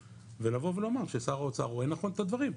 ולבוא ולומר ששר האוצר רואה נכון את הדברים.